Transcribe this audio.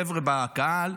חבר'ה בקהל,